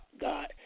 God